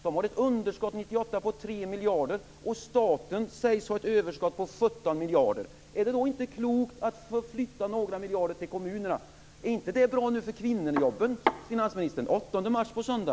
De har ett underskott på 3 miljarder 1998, och staten sägs ha ett överskott på 17 miljarder. Vore det då inte klokt att flytta några miljarder till kommunerna? Vore det inte bra för kvinnojobben, finansministern? Det är den 8 mars på söndag!